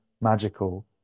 magical